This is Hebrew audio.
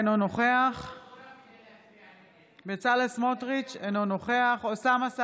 אינו נוכח בצלאל סמוטריץ' אינו נוכח אוסאמה סעדי,